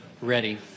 Ready